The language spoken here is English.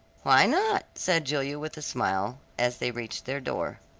why not? said julia with a smile, as they reached their door.